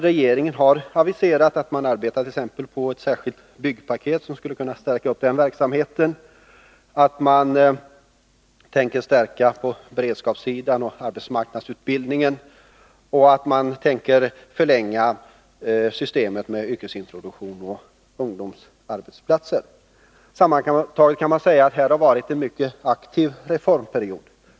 Regeringen har också aviserat att man bl.a. arbetar på ett särskilt byggpaket, som skulle kunna stärka den verksamheten, att man tänker stärka beredskapssidan och arbetsmarknadsutbildningen och att man tänker förlänga systemet med yrkesintroduktion och ungdomsplatser. Sammantaget kan man säga att det har varit en mycket aktiv reformperiod.